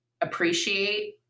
appreciate